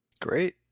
Great